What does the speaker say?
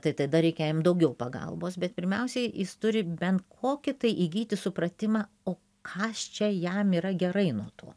tai tada reikia jam daugiau pagalbos bet pirmiausiai jis turi bent kokį tai įgyti supratimą o kas čia jam yra gerai nuo to